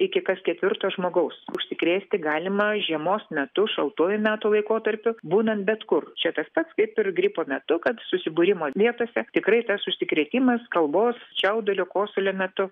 iki kas ketvirto žmogaus užsikrėsti galima žiemos metu šaltuoju metų laikotarpiu būnant bet kur čia tas pats kaip ir gripo metu kad susibūrimo vietose tikrai tas užsikrėtimas kalbos čiaudulio kosulio metu